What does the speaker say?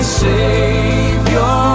savior